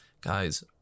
guys